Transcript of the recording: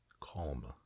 Calm